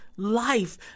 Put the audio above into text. Life